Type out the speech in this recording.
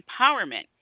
empowerment